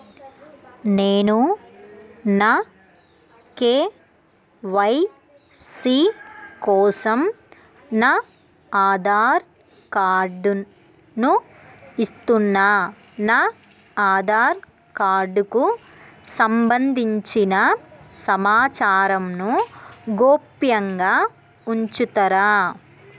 నేను నా కే.వై.సీ కోసం నా ఆధార్ కార్డు ను ఇస్తున్నా నా ఆధార్ కార్డుకు సంబంధించిన సమాచారంను గోప్యంగా ఉంచుతరా?